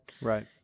Right